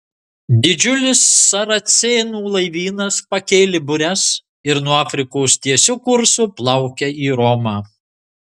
didžiulis saracėnų laivynas pakėlė bures ir nuo afrikos tiesiu kursu plaukia į romą